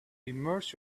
immerse